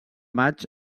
maig